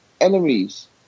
enemies